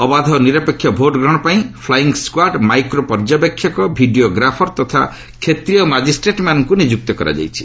ଅବାଧ ଓ ନିରପେକ୍ଷ ଭୋଟଗ୍ରହଣ ପାଇଁ ଫ୍ଲାଇଂସ୍କାଡ୍ ମାଇକ୍ରୋ ପର୍ଯ୍ୟବେକ୍ଷକ ଭିଡ଼ିଓଗ୍ରାଫର ତଥା କ୍ଷେତ୍ରୀୟ ମାଜିଷ୍ଟ୍ରେଟମାନଙ୍କୁ ନିଯୁକ୍ତ କରାଯାଇଛି